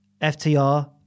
FTR